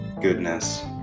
goodness